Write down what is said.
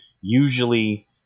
usually